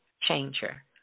changer